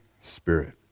Spirit